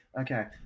Okay